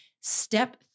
step